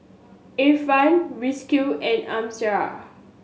Irfan Rizqi and Amsyar